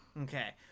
Okay